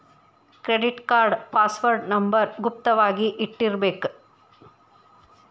credit card password number ಗುಪ್ತ ವಾಗಿ ಇಟ್ಟಿರ್ಬೇಕ